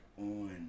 on